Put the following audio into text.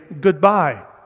goodbye